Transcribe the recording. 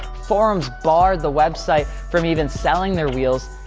forums barred the website from even selling their wheels.